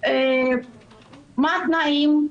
מה התנאים כי